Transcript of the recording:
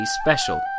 special